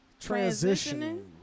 Transitioning